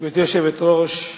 גברתי היושבת-ראש,